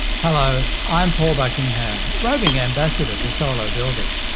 hello, i'm paul buckingham, roving ambassador for solo build it.